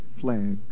flag